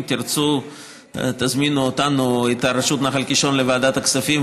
אם תרצו תזמינו אותנו ואת רשות נחל קישון לוועדת הכספים,